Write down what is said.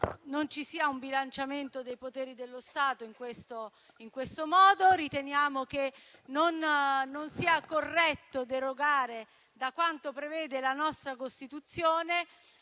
non ci sia un bilanciamento dei poteri dello Stato. Noi riteniamo che non sia corretto derogare a quanto prevede la nostra Costituzione,